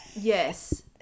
Yes